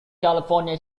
california